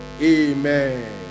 Amen